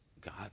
God